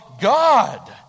God